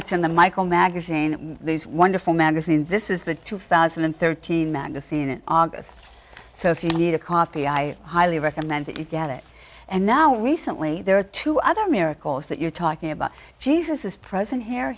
it's in the michael magazine these wonderful magazines this is the two thousand and thirteen magazine in august so if you get a copy i highly recommend that you get it and now recently there are two other miracles that you're talking about jesus is present h